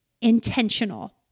intentional